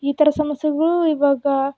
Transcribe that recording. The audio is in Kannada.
ಈ ಥರ ಸಮಸ್ಯೆಗಳು ಇವಾಗ